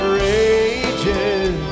rages